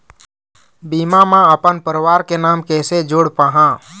बीमा म अपन परवार के नाम कैसे जोड़ पाहां?